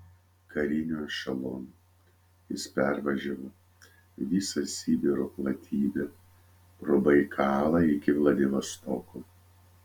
kariniu ešelonu jis pervažiavo visą sibiro platybę pro baikalą iki vladivostoko